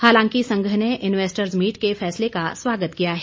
हालांकि संघ ने इन्वेस्टर्ज मीट के फैसले का स्वागत किया है